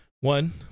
One